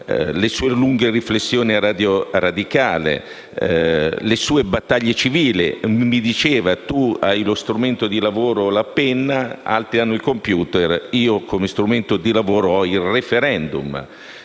le sue lunghe riflessioni a «Radio Radicale», le sue battaglie civili. Mi diceva che io avevo come strumento di lavoro la penna, altri il *computer*; lui come strumento di lavoro aveva il *referendum*